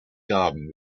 garden